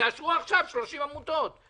תאשרו עכשיו 30 העברות.